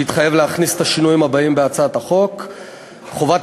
שהתחייב להכניס בהצעת החוק את השינויים הבאים: חובת